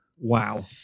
Wow